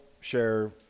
share